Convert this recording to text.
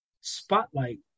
spotlight